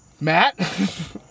Matt